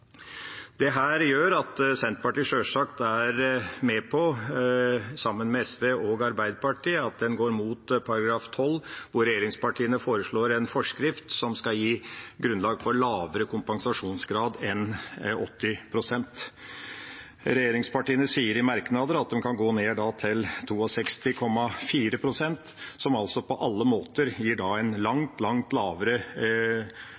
gjør at Senterpartiet sjølsagt er med på, sammen med SV og Arbeiderpartiet, å gå mot § 12, hvor regjeringspartiene foreslår en forskrift som skal gi grunnlag for lavere kompensasjonsgrad enn 80 pst. Regjeringspartiene sier i merknader at de kan gå ned til 62,4 pst., som på alle måter er langt, langt lavere og gir en